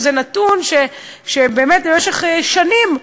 שזה נתון שבאמת במשך שנים,